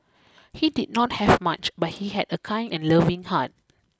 he did not have much but he had a kind and loving heart